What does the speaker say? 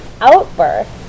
outburst